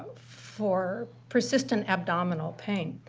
for persistent abdominal pain.